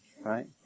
right